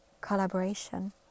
collaboration